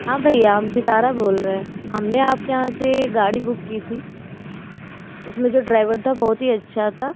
हाँ भईया हम सितारा बोल रहे हैं हम ने आपके यहाँ से गाड़ी बुक की थी उसमें जो ड्राइवर था बहुत ही अच्छा था